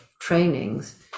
trainings